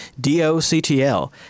DOCTL